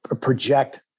project